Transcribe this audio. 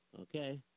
Okay